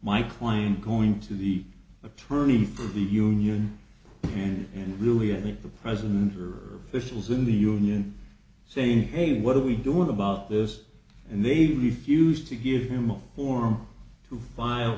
my client going to the attorney for the union man and really i think the president or officials in the union saying hey what are we doing about this and they defused to give him a form to